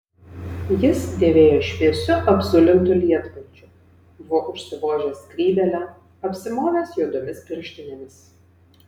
jis dėvėjo šviesiu apzulintu lietpalčiu buvo užsivožęs skrybėlę apsimovęs juodomis pirštinėmis